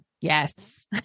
Yes